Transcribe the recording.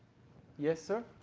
yes, sir.